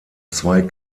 zwei